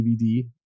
DVD